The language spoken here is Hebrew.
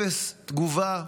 אפס תגובה.